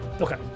Okay